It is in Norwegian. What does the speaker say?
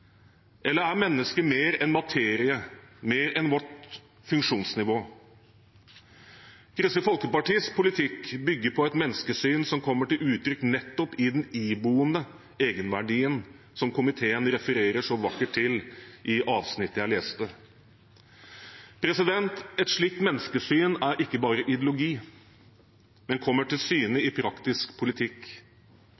Eller er mennesket mer enn materie, mer enn sitt funksjonsnivå? Kristelig Folkepartis politikk bygger på et menneskesyn som kommer til uttrykk nettopp i den iboende egenverdien som komiteen refererer så vakkert til i avsnittet jeg leste. Et slikt menneskesyn er ikke bare ideologi, men kommer til syne